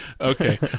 Okay